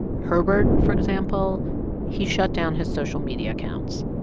herbert, for example he shut down his social media accounts.